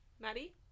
Maddie